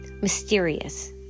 mysterious